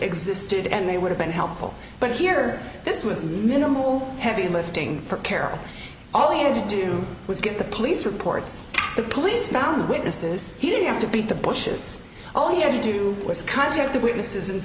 existed and they would have been helpful but here this was minimal heavy lifting for carroll all he had to do was get the police reports the police found the witnesses he didn't have to beat the bushes oh yes you do with concert the witnesses and